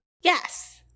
Yes